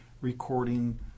recording